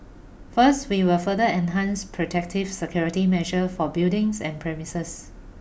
first we will further enhance protective security measure for buildings and premises